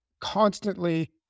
constantly